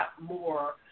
more